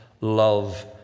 love